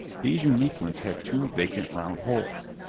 these unique ones had two vacant round holes.